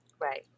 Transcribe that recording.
Right